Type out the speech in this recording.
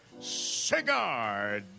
Cigar